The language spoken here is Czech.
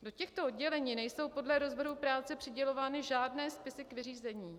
Do těchto oddělení nejsou podle rozvrhu práce přidělovány žádné spisy k vyřízení.